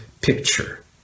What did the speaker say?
picture